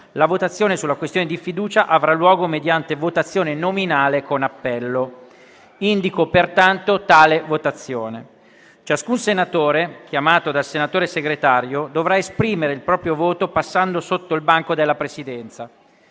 la votazione sulla questione di fiducia avrà luogo mediante votazione nominale con appello. Ciascun senatore chiamato dal senatore Segretario dovrà esprimere il proprio voto passando innanzi al banco della Presidenza.